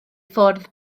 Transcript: ffwrdd